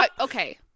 Okay